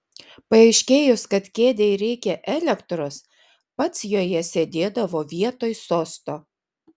paaiškėjus kad kėdei reikia elektros pats joje sėdėdavo vietoj sosto